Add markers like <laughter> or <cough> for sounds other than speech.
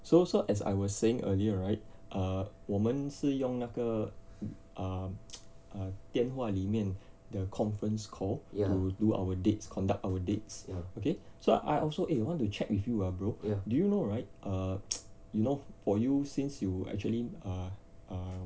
so so as I was saying earlier right err 我们是用那个 um <noise> err 电话里面 the conference call to do our dates conduct our dates okay so I also eh want to check with you ah bro do you know right er <noise> you know for you since you actually err err